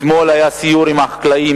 אתמול היה סיור בקרקעות עם החקלאים,